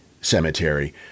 Cemetery